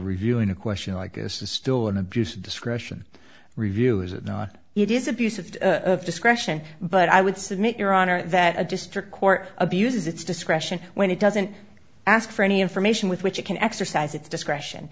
reviewing a question like this is still an abuse of discretion review is it not it is abuse of discretion but i would submit your honor that a district court abuses its discretion when it doesn't ask for any information with which it can exercise its discretion